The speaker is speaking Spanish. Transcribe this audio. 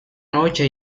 noche